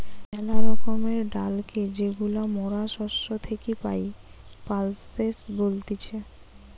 মেলা রকমের ডালকে যেইগুলা মরা শস্য থেকি পাই, পালসেস বলতিছে